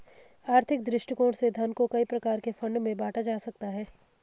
आर्थिक दृष्टिकोण से धन को कई प्रकार के फंड में बांटा जा सकता है